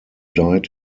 died